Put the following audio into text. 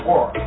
War